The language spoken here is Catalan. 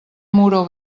muro